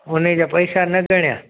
हुने जा पैसा न गणया